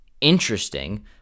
interesting